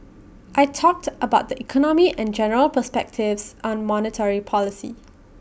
I talked about the economy and general perspectives on monetary policy